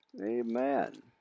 Amen